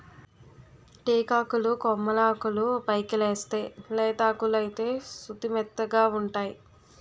టేకాకులు కొమ్మలాకులు పైకెలేస్తేయ్ లేతాకులైతే సుతిమెత్తగావుంటై